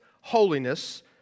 holiness